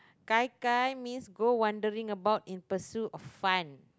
gai-gai means go wondering about in pursuit of fun